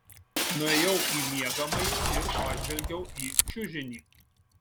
nuėjau į miegamąjį ir pažvelgiau į čiužinį